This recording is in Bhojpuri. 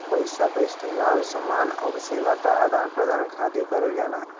पइसा क इस्तेमाल समान आउर सेवा क आदान प्रदान खातिर करल जाला